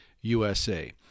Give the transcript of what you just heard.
USA